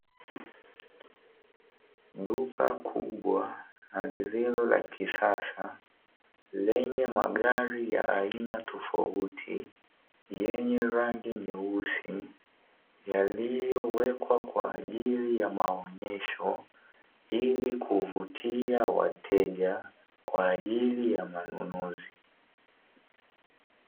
Duka kubwa na lililo la kisasa lenye magari ya aina tofauti, yenye rangi nyeusi yaliyowekwa kwa ajili ya maonyesho, ili kuvutia wateja kwa ajili ya manunuzi.